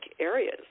areas